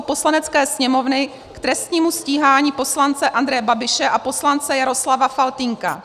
Poslanecké sněmovny k trestnímu stíhání poslance Andreje Babiše a poslance Jaroslava Faltýnka.